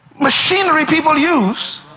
machinery people use